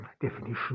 definition